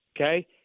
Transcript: okay